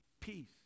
peace